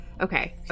Okay